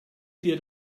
dir